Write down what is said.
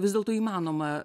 vis dėlto įmanoma